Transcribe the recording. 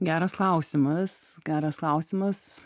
geras klausimas geras klausimas